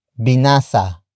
binasa